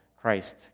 christ